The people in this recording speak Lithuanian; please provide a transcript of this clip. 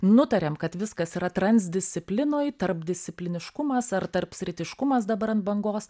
nutarėm kad viskas yra transdisciplinoj tarpdiscipliniškumas ar tarpsritiškumas dabar ant bangos